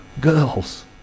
girls